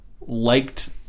liked